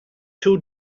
two